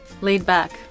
laid-back